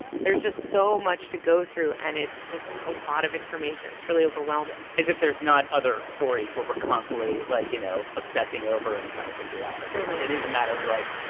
there's just so much to go through. and it's just a lot of information. it's really overwhelming as if there's not other stories we're constantly, like, you know, obsessing over and trying to figure out it is a matter of like,